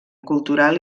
cultural